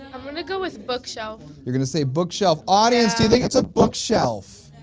i'm gonna go with bookshelf. you're gonna say bookshelf. audience do you think it's a bookshelf?